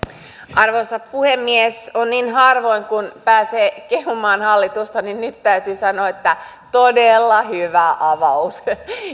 arvoisa puhemies niin harvoin kun pääsee kehumaan hallitusta niin nyt täytyy sanoa että todella hyvä avaus